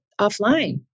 offline